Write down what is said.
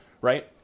right